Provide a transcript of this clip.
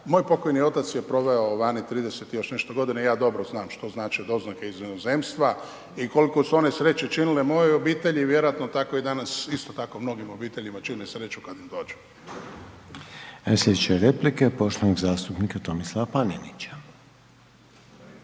moj pokojni otac je proveo vani 30 i još nešto godina i ja dobro znam što znače doznake iz inozemstva i kolko su one sreće činile mojoj obitelji, vjerojatno tako i danas isto tako mnogim obiteljima čine sreću kad im dođu. **Reiner, Željko (HDZ)** Slijedeće replike poštovanog zastupnika Tomislava Panenića.